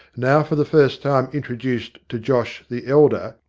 now for the first time introduced to josh the elder,